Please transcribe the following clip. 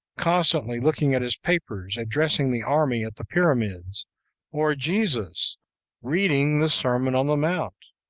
constantly looking at his papers, addressing the army at the pyramids or jesus reading the sermon on the mount!